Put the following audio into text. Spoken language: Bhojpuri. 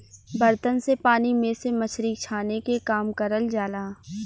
बर्तन से पानी में से मछरी छाने के काम करल जाला